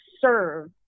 serve